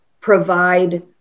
provide